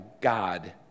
God